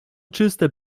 czyste